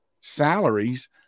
salaries